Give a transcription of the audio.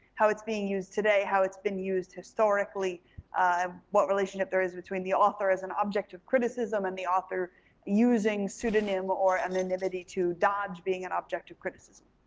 how it's being used today, how it's been used historically, and um what relationship there is between the author as an object of criticism and the author using pseudonym or anonymity to dodge being an object of criticism.